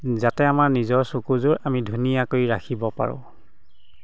যাতে আমাৰ নিজৰ চকুযোৰ আমি ধুনীয়াকৈ ৰাখিব পাৰোঁ